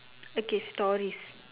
okay stories